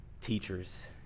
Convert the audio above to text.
teachers